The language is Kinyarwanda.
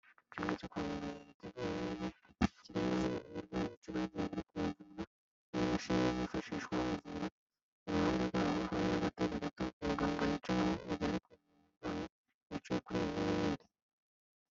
cy ko kizereubucuru'shin yifashishwaccuku